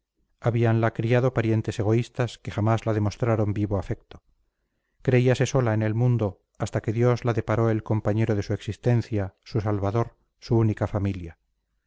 madre habíanla criado parientes egoístas que jamás la demostraron vivo afecto creíase sola en el mundo hasta que dios le deparó el compañero de su existencia su salvador su única familia